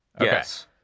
Yes